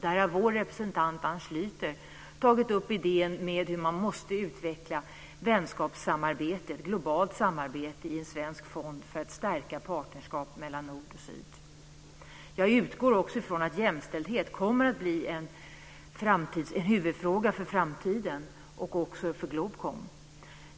Där har vår representant Ann Schlyter tagit upp idén om hur man måste utveckla vänskapssamarbetet, ett globalt samarbete, i en svensk fond för att stärka partnerskapet mellan nord och syd. Jag utgår också från att jämställdhet kommer att bli en huvudfråga för framtiden, och också för Globkom.